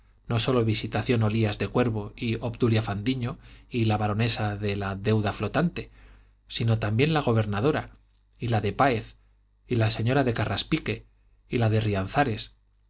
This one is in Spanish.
no sólo visitación olías de cuervo y obdulia fandiño y la baronesa de la deuda flotante sino también la gobernadora y la de páez y la señora de carraspique y la